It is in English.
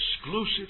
exclusive